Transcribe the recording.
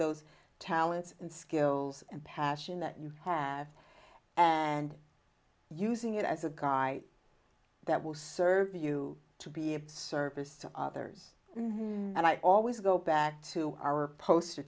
those talents and skills and passion that you have and using it as a guy that will serve you to be of service to others and i always go back to our poster